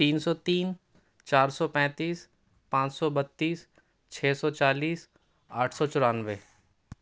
تین سو تین چار سو پینتیس پانچ سو بتیس چھ سو چالیس آٹھ سو چورانوے